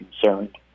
concerned